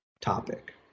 topic